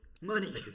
money